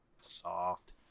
Soft